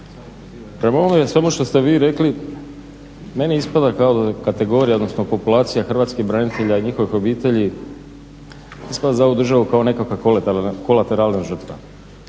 prema ovome svemu što ste vi rekli, meni ispada kao da kategorija, odnosno populacija Hrvatskih branitelja i njihovih obitelji, ispada za ovu državu kao nekakva kolateralna žrtva.